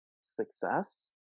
success